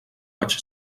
vaig